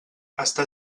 està